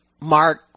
Mark